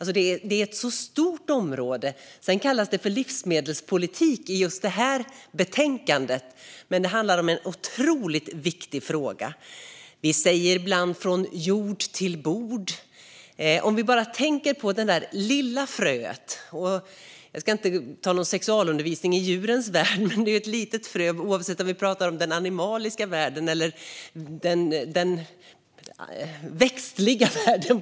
Det är ett stort område. Det kallas för livsmedelspolitik i just det här betänkandet, men det handlar om en stor och otroligt viktig fråga. Från jord till bord, säger vi ibland. Låt oss tänka på det där lilla fröet. Jag ska inte komma med någon sexualundervisning i djurens värld, men det är ju ett litet frö oavsett om vi pratar om den animaliska eller den växtliga världen.